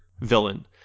villain